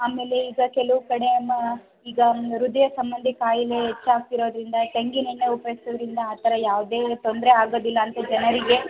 ಆಮೇಲೆ ಈಗ ಕೆಲವು ಕಡೆ ಈಗ ಹೃದಯ ಸಂಬಂಧಿ ಖಾಯಿಲೆ ಹೆಚ್ಚಾಗ್ತಿರೋದ್ರಿಂದ ತೆಂಗಿನೆಣ್ಣೆ ಉಪಯೋಗ್ಸೋದ್ರಿಂದ ಆ ಥರ ಯಾವುದೇ ತೊಂದರೆ ಆಗೋದಿಲ್ಲ ಅಂತ ಜನರಿಗೆ